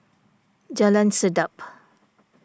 Jalan Sedap